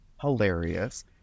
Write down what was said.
hilarious